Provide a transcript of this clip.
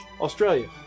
Australia